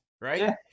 right